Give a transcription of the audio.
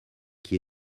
qui